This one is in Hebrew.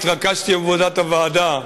התרכזתי בעבודת הוועדה.